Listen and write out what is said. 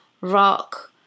rock